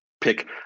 Pick